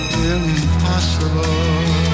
impossible